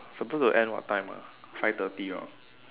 supposed to end what time ah five thirty ah